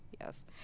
Yes